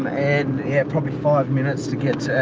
and yeah probably five minutes to get so